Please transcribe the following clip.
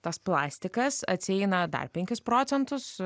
tas plastikas atsieina dar penkis procentus